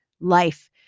life